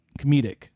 comedic